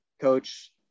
Coach